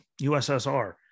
USSR